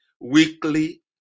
weekly